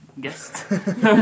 guest